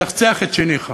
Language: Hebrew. צחצח את שיניך.